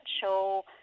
show